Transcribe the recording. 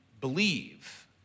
believe